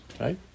right